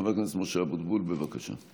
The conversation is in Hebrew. חבר הכנסת משה אבוטבול, בבקשה.